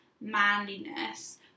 manliness